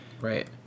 Right